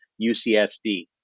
UCSD